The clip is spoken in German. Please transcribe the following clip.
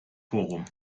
forum